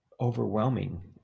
overwhelming